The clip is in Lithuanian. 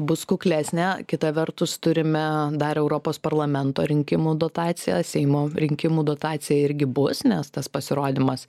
bus kuklesnė kita vertus turime dar europos parlamento rinkimų dotaciją seimo rinkimų dotacija irgi bus nes tas pasirodymas